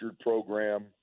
program